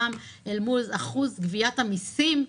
פעם אל מול אחוז גביית המיסים.